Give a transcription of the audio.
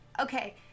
okay